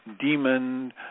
demon